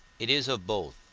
it is of both